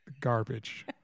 garbage